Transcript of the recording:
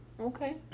Okay